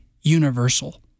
universal